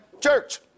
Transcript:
Church